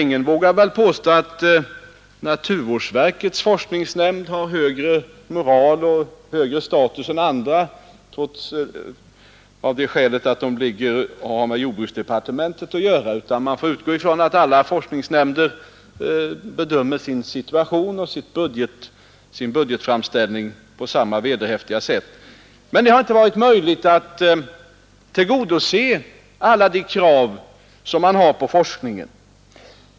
Ingen vågar väl påstå att naturvårdsverkets forskningsnämnd har högre moral och högre status än andra av det skälet att den har med jordbruksdepartementet att göra, utan man får utgå från att alla forskningsnämnder bedömer sin situation och sin budgetframställning på samma vederhäftiga sätt. Men det har inte varit möjligt att tillgodose alla krav på forskningen.